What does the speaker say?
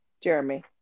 Jeremy